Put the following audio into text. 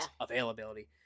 availability